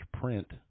print